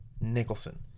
nicholson